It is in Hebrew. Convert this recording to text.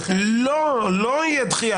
אם תהיה דחייה --- לא תהיה דחייה.